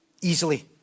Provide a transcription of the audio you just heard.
easily